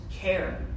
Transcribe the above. care